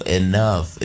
enough